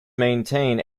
maintain